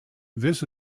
this